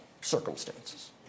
circumstances